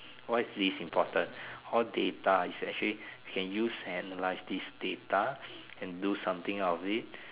why is this important all data is actually can use analyse this data and do something out of it